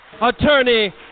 Attorney